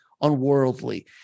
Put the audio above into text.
unworldly